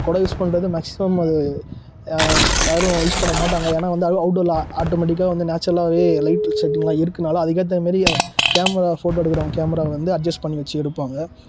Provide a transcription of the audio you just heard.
கொடை யூஸ் பண்ணுறது மேக்ஸிமம் அது யாரும் யூஸ் பண்ண மாட்டாங்க ஏன்னால் வந்து அவுட் அவுட்டோரில் ஆட்டோமேட்டிக்காகவே வந்து நேச்சுரலாகவே லைட் செட்டிங்கெலாம் இருக்கனால் அதுக்கேற்ற மாதிரி கேமரா ஃபோட்டோ எடுக்கிறவங்க கேமராவை வந்து அட்ஜஸ்ட் பண்ணி வச்சு எடுப்பாங்க